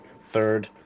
third